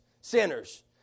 sinners